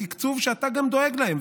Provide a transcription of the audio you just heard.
בתקצוב שאתה גם דואג להם,